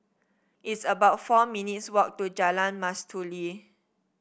it's about four minutes' walk to Jalan Mastuli